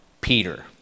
Peter